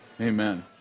Amen